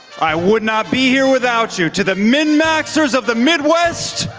i would not be here without you. to the min-maxers of the midwest.